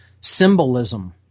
symbolism